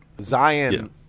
Zion